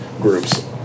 groups